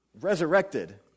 resurrected